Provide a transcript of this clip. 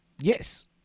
Yes